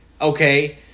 okay